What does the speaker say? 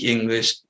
English